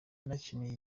yanakiniye